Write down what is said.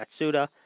Matsuda